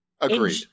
Agreed